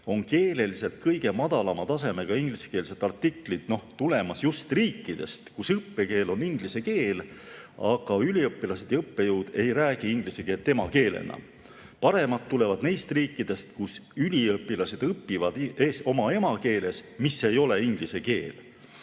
keeleliselt kõige madalama tasemega ingliskeelsed artiklid just riikidest, kus õppekeel on inglise keel, aga üliõpilased ja õppejõud ei räägi inglise keelt emakeelena. Paremad tulevad neist riikidest, kus üliõpilased õpivad oma emakeeles, mis ei ole inglise keel.